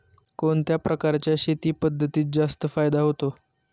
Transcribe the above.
कोणत्या प्रकारच्या शेती पद्धतीत जास्त फायदा होतो?